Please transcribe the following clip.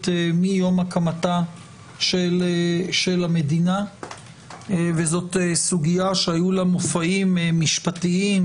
מיום הקמתה של המדינה וזו סוגיה שהיו לה מופעים משפטיים,